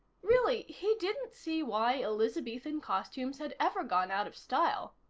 really, he didn't see why elizabethan costumes had ever gone out of style.